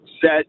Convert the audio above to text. set